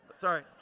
Sorry